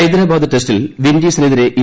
ഹൈദ്രാബാദ് ടെസ്റ്റിൽ പിൻഡീസിനെതിരെ റ്